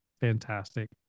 fantastic